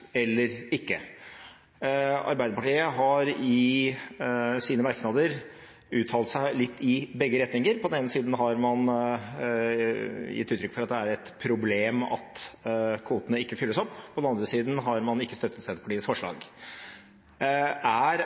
eller ikke. Arbeiderpartiet har i sine merknader uttalt seg litt i begge retninger. På den ene siden har man gitt uttrykk for at det er et problem at kvotene ikke fylles opp, på den andre siden har man ikke støttet Senterpartiets forslag. Er